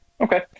okay